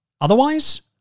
Otherwise